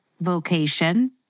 vocation